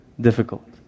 difficult